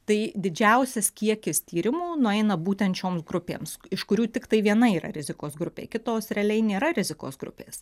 tai didžiausias kiekis tyrimų nueina būtent šioms grupėms iš kurių tiktai viena yra rizikos grupė kitos realiai nėra rizikos grupės